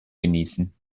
genießen